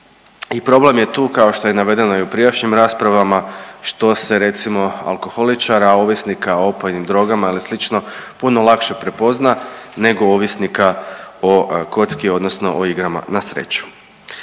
i problem je tu kao što je navedeno i u prijašnjim raspravama što se recimo alkoholičara ovisnika o opojnim drogama ili slično puno lakše prepozna nego ovisnika o kocki, odnosno o igrama na sreću.